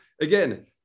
again